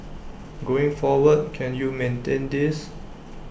going forward can you maintain this